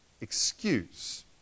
excuse